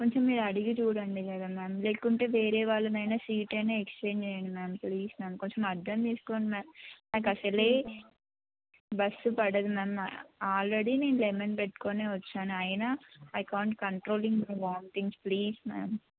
కొంచెం మీరు అడిగి చూడండి మ్యామ్ లేకుంటే వేరే వాళ్ళనైనా సీట్ అయినా ఎక్స్చేంజ్ చేయ్యండి మ్యామ్ ప్లీజ్ నన్ను కొంచెం అర్థం తీసుకోండి మ్యామ్ నాకసలే బస్సు పడదు మ్యామ్ ఆల్రెడీ నేను లెమన్ పెట్టుకునే వచ్చాను అయినా I can't controlling my vomitings please ma'am